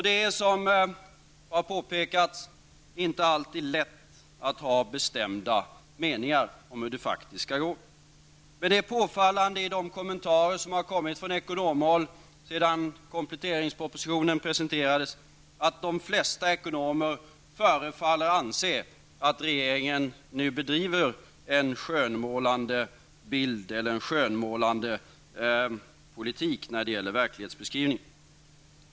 Det är, som har påpekats, inte alltid lätt att ha bestämda meningar om hur det faktiskt skall gå. Men det är påfallande i de kommentarer som har kommit fram sedan kompletteringspropositionen presenterades att de flesta ekonomer förefaller anse att regeringen nu bedriver en skönmålande politik i verklighetsbeskrivningen.